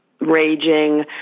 raging